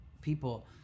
people